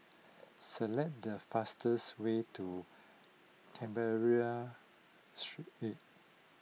select the fastest way to Canberra Street